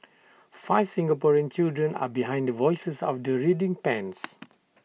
five Singaporean children are behind the voices of the reading pens